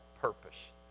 purpose